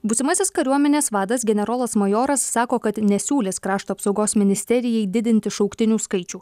būsimasis kariuomenės vadas generolas majoras sako kad nesiūlys krašto apsaugos ministerijai didinti šauktinių skaičių